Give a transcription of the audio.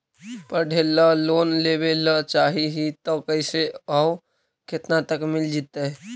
पढ़े ल लोन लेबे ल चाह ही त कैसे औ केतना तक मिल जितै?